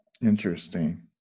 Interesting